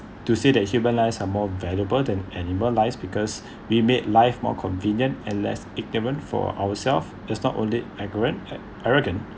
to say that human lives are more valuable than animal lives because we made life more convenient and less for ourselves that's not only arrogant at~ arrogant